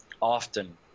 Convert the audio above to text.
often